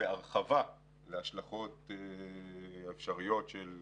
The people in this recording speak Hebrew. בהרחבה על ההשלכות האפשריות של